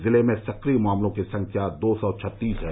जिले में सक्रिय मामलों की संख्या दो सौ छत्तीस है